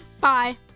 Bye